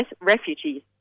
refugees